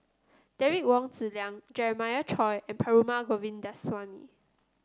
Derek Wong Zi Liang Jeremiah Choy and Perumal Govindaswamy